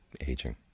aging